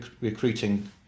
recruiting